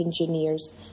engineers